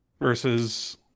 versus